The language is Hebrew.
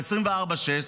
24/6,